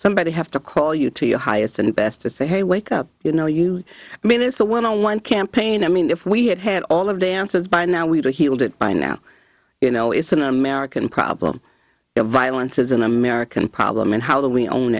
somebody have to call you to your highest and best to say hey wake up you know you mean it's a one on one campaign i mean if we had had all of the answers by now we'd be healed it by now you know it's an american problem violence is an american problem and h